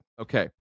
Okay